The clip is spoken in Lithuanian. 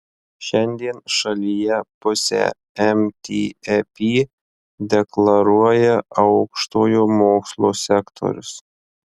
šiandien šalyje pusę mtep deklaruoja aukštojo mokslo sektorius